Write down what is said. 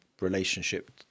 relationship